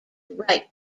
right